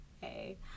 hey